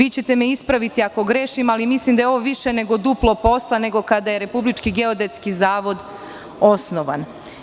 Ispravićete me ako grešim, ali mislim da je ovo više nego duplo posla nego kada je Republički geodetski zavod osnovan.